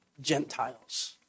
Gentiles